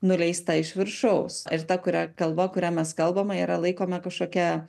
nuleista iš viršaus ir ta kuria kalba kurią mes kalbame yra laikoma kažkokia